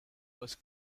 was